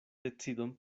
decidon